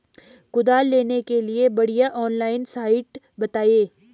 कुदाल लेने के लिए बढ़िया ऑनलाइन साइट बतायें?